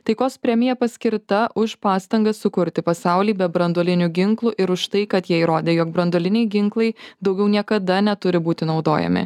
taikos premija paskirta už pastangas sukurti pasaulį be branduolinių ginklų ir už tai kad jie įrodė jog branduoliniai ginklai daugiau niekada neturi būti naudojami